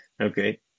Okay